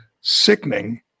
sickening